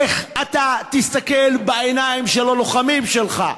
איך אתה תסתכל בעיניים של הלוחמים שלך?